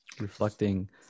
reflecting